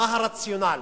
מה הרציונל?